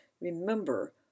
Remember